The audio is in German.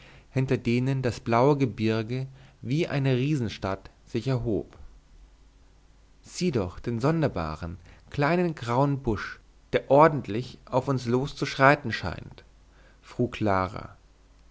hinter denen das blaue gebirge wie eine riesenstadt sich erhob sieh doch den sonderbaren kleinen grauen busch der ordentlich auf uns los zu schreiten scheint frug clara